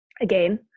again